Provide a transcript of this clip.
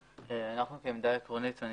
העמדה העקרונית ואני